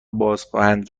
بازخواهند